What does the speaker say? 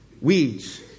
Weeds